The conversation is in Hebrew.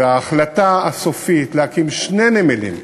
וההחלטה הסופית להקים שני נמלים,